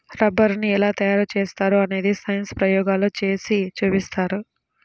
రబ్బరుని ఎలా తయారు చేస్తారో అనేది సైన్స్ ప్రయోగాల్లో చేసి చూపిస్తారు